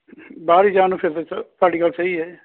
ਬਾਹਰ ਹੀ ਜਾਣ ਨੂੰ ਫਿਰਦੇ ਸਰ ਤੁਹਾਡੀ ਗੱਲ ਸਹੀ ਹੈ